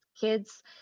kids